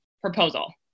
proposal